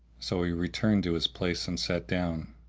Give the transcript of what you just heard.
so he returned to his place and sat down,